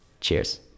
Cheers